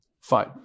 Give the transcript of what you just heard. Fine